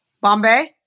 Bombay